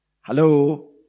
Hello